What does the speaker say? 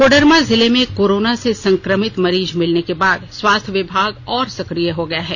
कोडरमा जिले में कोरोना से संक्रमित मरीज मिलने के बाद स्वास्थ्य विभाग और सक्रिय हो गया है